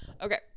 Okay